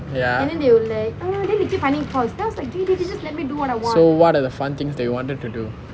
so what are the fun things that you wanted to do